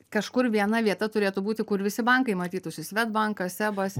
kažkur viena vieta turėtų būti kur visi bankai matytųsi swedbankas sebas